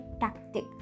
tactic